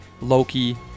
Loki